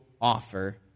offer